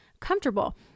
comfortable